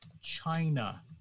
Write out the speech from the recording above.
China